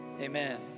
Amen